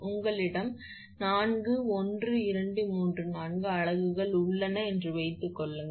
உங்களிடம் இந்த 4 1 2 3 4 அலகுகள் உள்ளன என்று வைத்துக்கொள்ளுங்கள்